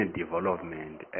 development